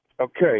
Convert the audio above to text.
Okay